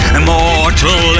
immortal